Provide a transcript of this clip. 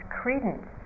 credence